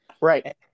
Right